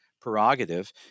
prerogative